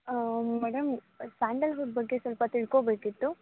ಹಾಂ madam Sandalwood ಬಗ್ಗೆ ಸ್ವಲ್ಪ ತಿಳ್ಕೊಳ್ಬೇಕಿತ್ತು